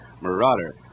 Marauder